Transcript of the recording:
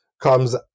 comes